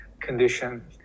condition